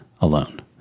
alone